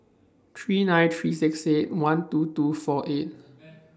three nine three six eight one two two four eight